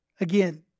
again